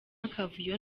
akavuyo